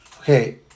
Okay